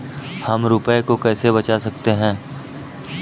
हम रुपये को कैसे बचा सकते हैं?